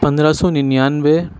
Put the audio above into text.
پندرہ سو ننانوے